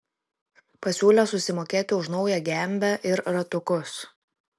pasiūlė susimokėti už naują gembę ir ratukus